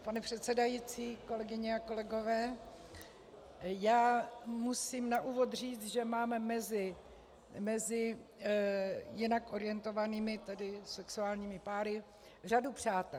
Pane předsedající, kolegyně a kolegové, já musím na úvod říci, že mám mezi jinak orientovanými, tedy sexuálními páry řadu přátel.